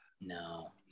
No